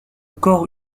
corps